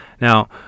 Now